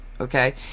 okay